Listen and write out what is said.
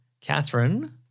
Catherine